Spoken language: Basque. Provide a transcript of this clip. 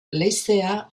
leizea